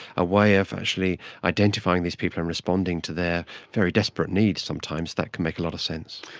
a way of actually identifying these people and responding to their very desperate needs sometimes, that can make a lot of sense.